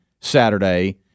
Saturday